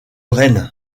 rennes